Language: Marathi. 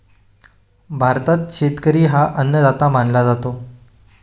भारतात शेतकरी हा अन्नदाता मानला जातो